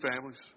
families